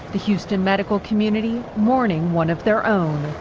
the houston medical community mourning one of their own.